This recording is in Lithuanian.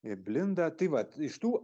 ir blindą tai vat iš tų